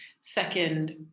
Second